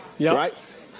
Right